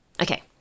Okay